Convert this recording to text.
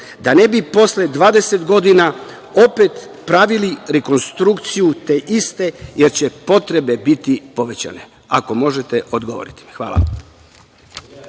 da ne bi posle dvadeset godina opet pravili rekonstrukciju te iste, jer će potrebe biti povećane. Ako možete odgovorite mi. Hvala.